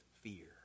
fear